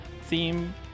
theme